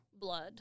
blood